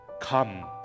Come